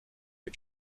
but